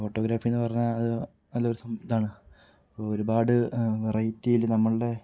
ഫോട്ടോഗ്രാഫീന്ന് പറഞ്ഞാൽ അത് നല്ലൊരു സം ഇതാണ് ഇപ്പോൾ ഒരുപാട് വെറൈറ്റിയില് നമ്മളുടെ